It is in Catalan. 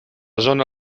zona